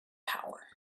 power